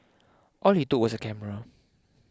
all he took was a camera